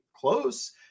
close